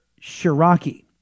Shiraki